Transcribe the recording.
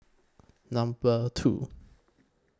Number two